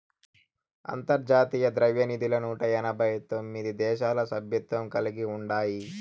అంతర్జాతీయ ద్రవ్యనిధిలో నూట ఎనబై తొమిది దేశాలు సభ్యత్వం కలిగి ఉండాయి